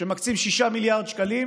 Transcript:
מקצים 6 מיליארד שקלים